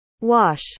Wash